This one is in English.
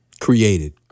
Created